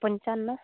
ᱯᱚᱧᱪᱟᱱᱱᱚ